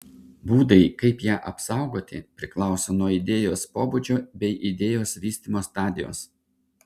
būdai kaip ją apsaugoti priklauso nuo idėjos pobūdžio bei idėjos vystymo stadijos